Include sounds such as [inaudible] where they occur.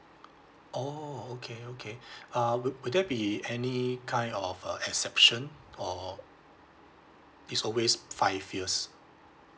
oh okay okay [breath] uh would would there be any kind of a exception or it's always five years